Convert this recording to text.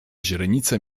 źrenice